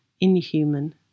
inhuman